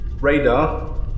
Radar